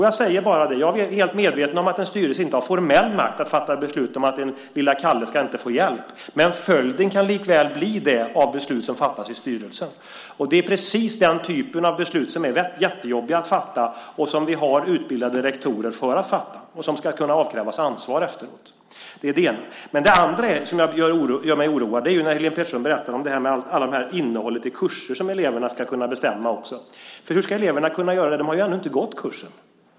Jag är helt medveten om att en styrelse inte har formell makt att fatta beslut om att lilla Kalle inte ska få hjälp, men följden kan likväl bli det av de beslut som fattas i styrelsen. Det är precis den typen av beslut som är jättejobbiga att fatta och som vi har utbildade rektorer för att fatta som ska kunna avkrävas ansvar efteråt. Det är det ena. Det andra som gör mig oroad är när Helene Petersson berättar om innehållet i kurser som eleverna ska kunna bestämma. Hur ska eleverna kunna göra det? De har ju ännu inte gått kursen.